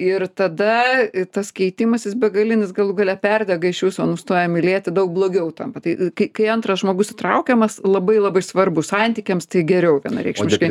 ir tada tas keitimasis begalinis galų gale perdega iš viso nustoja mylėti daug blogiau tampa tai kai kai antras žmogus įtraukiamas labai labai svarbu santykiams tai geriau vienareikšmiškai